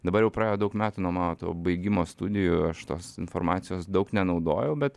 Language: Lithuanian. dabar jau praėjo daug metų nuo mano to baigimo studijų aš tos informacijos daug nenaudojau bet